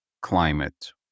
climate